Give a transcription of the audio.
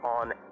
on